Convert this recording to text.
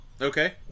Okay